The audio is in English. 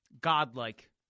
godlike